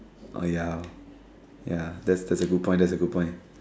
oh ya hor ya that that's a good point that's a good point